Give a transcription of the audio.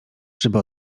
żeby